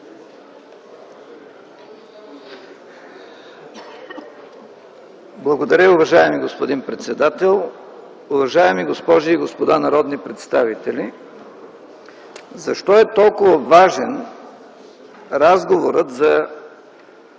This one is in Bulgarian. Благодаря, уважаеми господин председател. Уважаеми госпожи и господа народни представители! Защо е толкова важен разговорът за